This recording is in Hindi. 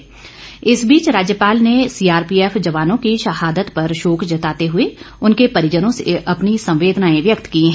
राज्यपाल आचार्य देवव्रत ने सीआरपीएफ जवानों की शहादत पर शोक जताते हुए उनके परिजनों से अपनी संवेदनाएं व्यक्त की हैं